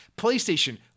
PlayStation